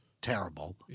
terrible